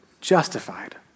Justified